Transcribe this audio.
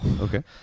Okay